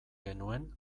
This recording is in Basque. genuen